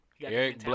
Eric